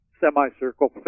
semicircle